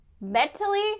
mentally